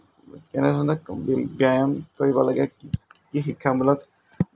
কেনেধৰণৰ ব্যায়াম কৰিব লাগে কি শিক্ষামূলক